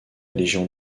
légion